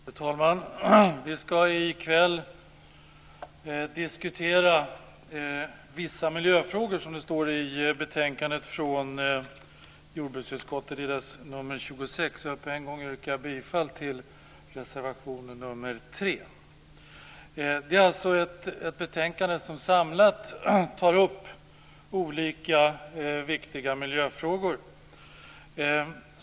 Fru talman! Vi skall i kväll diskutera vissa miljöfrågor, dvs. jordbruksutskottets betänkande 26. Jag vill med en gång yrka bifall till reservation nr 3. Det är ett betänkande som samlat tar upp olika viktiga miljöfrågor.